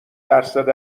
درصد